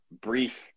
brief